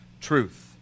truth